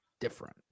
different